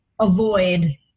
avoid